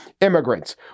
immigrants